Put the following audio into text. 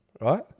right